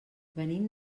venim